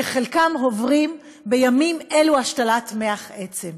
שחלקם עוברים בימים אלו השתלת מח עצם.